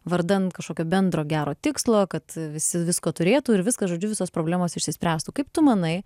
vardan kažkokio bendro gero tikslo kad visi visko turėtų ir viskas žodžiu visos problemos išsispręstų kaip tu manai